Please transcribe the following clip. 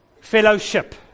Fellowship